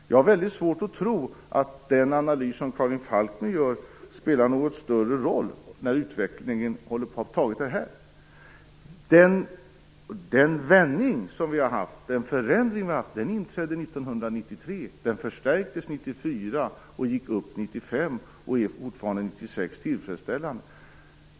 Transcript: Jag har väldigt svårt att tro att den analys som Karin Falkmer gör spelar någon större roll när utvecklingen har tagit denna vändning. 94, gick upp 95 och är fortfarande 96 tillfredsställande.